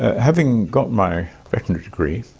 having got my veterinary degree,